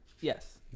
yes